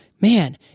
man